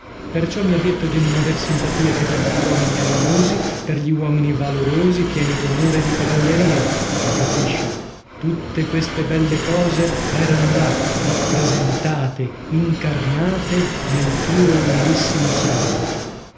perciò mi ha detto di non aver simpatia che per gli uomini animosi per gli uomini valorosi pieni d'onore e di cavalleria mi capisci tutte queste belle cose erano là rappresentate incarnate nel tuo umilissimo servo